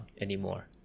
anymore